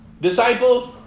disciples